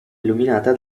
illuminata